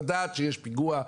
לדעת שיש פיגוע,